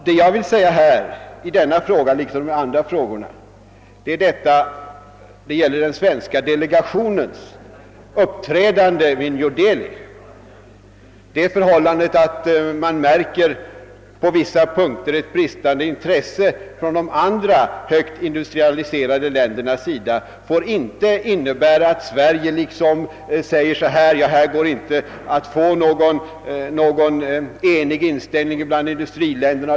Vad jag vill säga i denna liksom i de andra frågorna gäller den svenska delegationens uppträdande i New Delbi. Det förhållandet att man på vissa punkter märker ett bristande intresse från andra högt industrialiserade länder får inte innebära att Sverige liksom säger: Här går det inte att få fram någon enig inställning bland industriländerna.